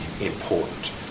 important